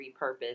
repurpose